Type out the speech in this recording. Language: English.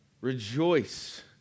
rejoice